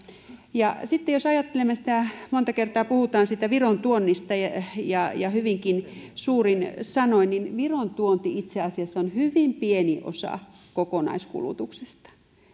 sitten jos ajattelemme sitä että monta kertaa puhutaan viron tuonnista ja ja hyvinkin suurin sanoin niin viron tuonti itse asiassa on hyvin pieni osa kokonaiskulutuksesta